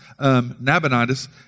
Nabonidus